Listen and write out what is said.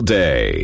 day